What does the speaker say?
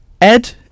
Ed